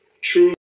true